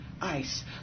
ice